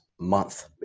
Month